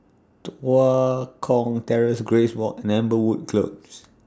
Tua Kong Terrace Grace Walk and Amberwood Close